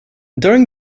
during